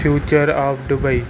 future of Dubai